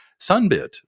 Sunbit